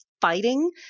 fighting